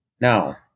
Now